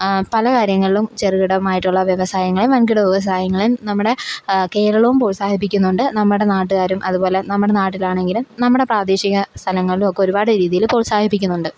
പല കാര്യങ്ങളിലും ചെറുകിടമായിട്ടുള്ള വ്യവസായങ്ങളെയും വൻകിട വ്യവസായങ്ങളെയും നമ്മുടെ കേരളവും പ്രോത്സാഹിപ്പിക്കുന്നുണ്ട് നമ്മുടെ നാട്ടുകാരും അതുപോലെ നമ്മുടെ നാട്ടിലാണെങ്കിലും നമ്മുടെ പ്രാദേശിക സ്ഥലങ്ങളിലും ഒക്കെ ഒരുപാട് രീതിയിൽ പ്രോത്സാഹിപ്പിക്കുന്നുണ്ട്